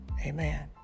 Amen